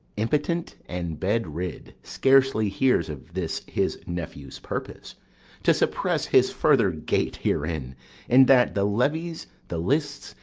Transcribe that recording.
impotent and bed-rid, scarcely hears of this his nephew's purpose to suppress his further gait herein in that the levies, the lists,